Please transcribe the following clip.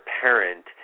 parent